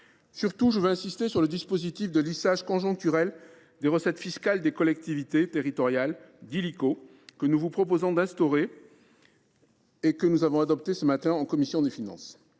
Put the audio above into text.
surtout insister sur le dispositif de lissage conjoncturel des recettes fiscales des collectivités territoriales (Dilico), que nous proposons d’instaurer et que nous avons adopté ce matin en commission des finances.